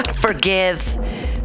forgive